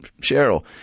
Cheryl